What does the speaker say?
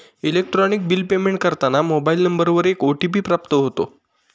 electronic bill payment करताना mobile नंबरवर एक ओ.टी.पी प्राप्त होतो